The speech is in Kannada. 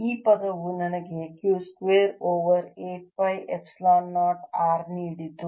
ಈ ಪದವು ನನಗೆ Q square over 8 pi epsilon 0 R ನೀಡಿತು